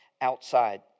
outside